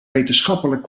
wetenschappelijk